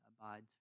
abides